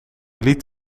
liet